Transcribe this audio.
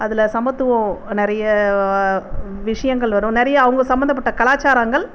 அதில் சமத்துவம் நிறைய விஷயங்கள் வரும் நிறைய அவங்க சம்மந்தப்பட்ட கலாச்சாரங்கள்